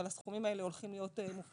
אבל הסכומים האלה הולכים להיות מופחתים.